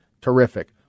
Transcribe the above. terrific